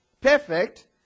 perfect